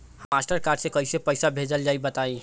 हमरा Mastercard से कइसे पईसा भेजल जाई बताई?